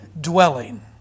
dwelling